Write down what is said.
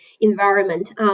environment